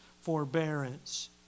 forbearance